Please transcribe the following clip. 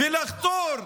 ולחתור,